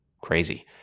crazy